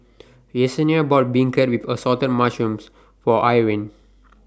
Yessenia bought Beancurd with Assorted Mushrooms For Irine